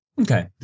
Okay